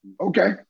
Okay